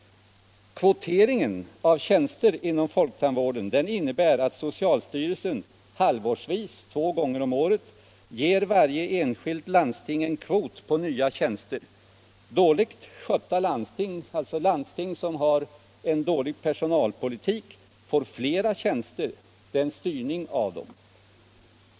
Kvoteringen av tjänster inom folktandvården innebär att socialstyrelsen två gånger om året ger varje enskilt landsting en kvot av nya tjänster. Dåligt skötta landsting, alltså landsting med en dålig personalpolitik och brist på tandläkare får flera tjänster - det är en styrning av dem.